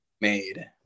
made